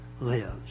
lives